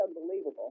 unbelievable